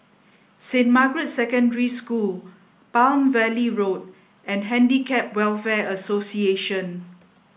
Saint Margaret's Secondary School Palm Valley Road and Handicap Welfare Association